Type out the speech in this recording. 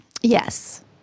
yes